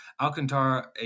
Alcantara